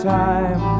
time